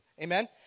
Amen